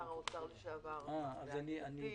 שר האוצר לשעבר יאיר לפיד,